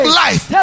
life